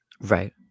Right